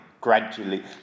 gradually